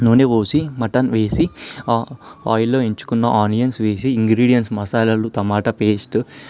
నూనె పోసి మటన్ వేసి ఆయిల్లో వేయించుకున్న ఆనియన్స్ వేసి ఇంగ్రీడియంట్స్ మసాలాలు టమాటా పేస్టు